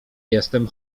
jestem